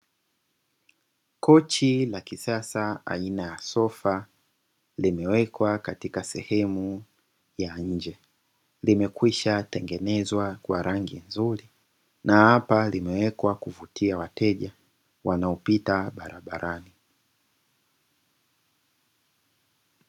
Kochi la kisasa aina ya sofa limewekwa katika sehemu ya nje, limekwisha tengezwa kwa rangi nzuri na hapa limewekwa kuvutia wateja wanaopita barabarani.